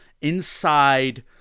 inside